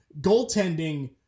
goaltending